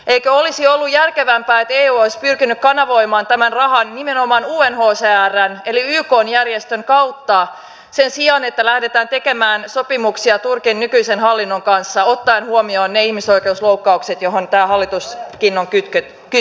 eikö olisi ollut järkevämpää että eu olisi pyrkinyt kanavoimaan tämän rahan nimenomaan unhcrn eli ykn järjestön kautta sen sijaan että lähdetään tekemään sopimuksia turkin nykyisen hallinnon kanssa ottaen huomioon ne ihmisoikeusloukkaukset johon tämä hallituskin on kytketty